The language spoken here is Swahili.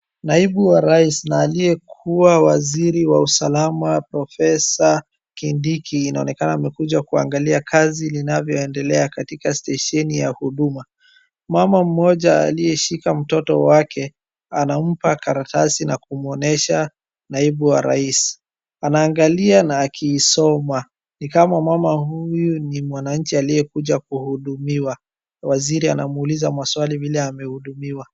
Naibu wa raisi na aliyekua waziri wa usalama professor Kindiki inaonekana amekuja kuangalia jinsi kazi inavyo endelea katika stesheni ya huduma mama mmoja aliyeshika mtoto wake anampa karatasi na kumwonyesha naibu wa raisi aniingalia na akisoma ni kama mama huyu ni mwananchi aliyekuja kuhudumiwa waziri anamuuliza maswali vile amehudumia.